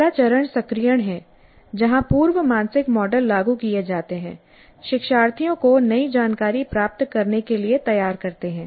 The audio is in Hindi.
पहला चरण सक्रियण है जहां पूर्व मानसिक मॉडल लागू किए जाते हैं शिक्षार्थियों को नई जानकारी प्राप्त करने के लिए तैयार करते हैं